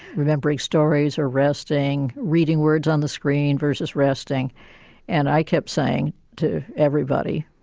remembering stories or resting, reading words on the screen versus resting and i kept saying to everybody,